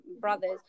brothers